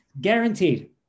guaranteed